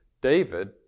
David